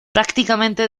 prácticamente